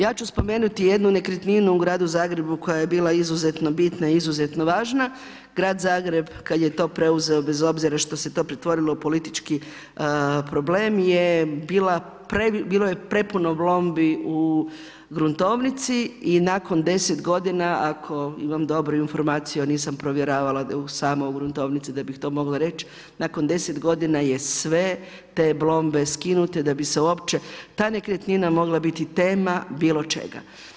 Ja ću spomenuti jednu nekretninu u gradu Zagrebu koja je bila izuzetno bitna i izuzetno važna, grad Zagreb kada je to preuzeo bez obzira što se to pretvorilo u politički problem je bilo prepuno blombi u gruntovnici i nakon deset godina ako imam dobru informaciju, a nisam provjeravala u samoj gruntovnici da bih to mogla reći, nakon deset godina je te sve blombe skinute da bi se uopće ta nekretnina mogla biti tema bilo čega.